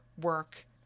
work